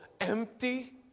empty